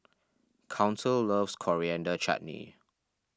Council loves Coriander Chutney